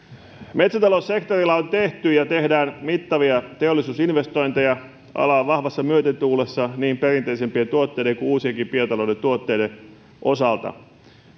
metsätaloussektorilla on tehty ja tehdään mittavia teollisuusinvestointeja ala on vahvassa myötätuulessa niin perinteisempien tuotteiden kuin uusienkin biotalouden tuotteiden osalta